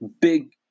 big